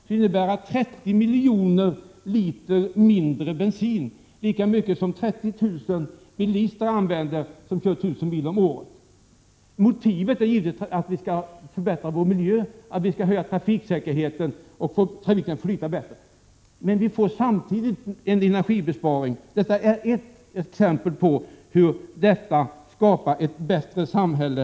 Det motsvarar 30 miljoner färre liter bensin, lika mycket som 30 000 bilister använder som kör 1 000 mil om året. Motivet är givetvis att vi skall förbättra vår miljö, höja trafiksäkerheten och få trafiken att flyta bättre, men vi får samtidigt en energibesparing. Detta är ett exempel på hur man skapar ett bättre samhälle.